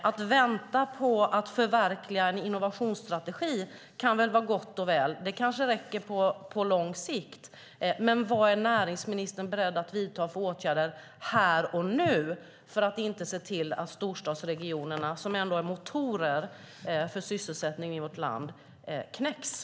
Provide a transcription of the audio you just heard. Att vänta på att förverkliga en innovationsstrategi kan nog vara gott och väl - det kanske räcker på lång sikt - men vad är näringsministern beredd att vidta för åtgärder här och nu för att se till att storstadsregionerna, som ändå är motorer för sysselsättning i vårt land, inte knäcks?